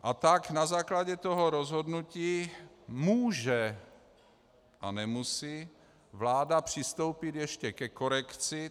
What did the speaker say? A tak na základě toho rozhodnutí může a nemusí vláda přistoupit ještě ke korekci.